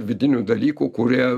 vidinių dalykų kurie